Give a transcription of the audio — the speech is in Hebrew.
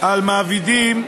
על מעבידים,